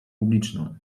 publiczną